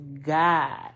God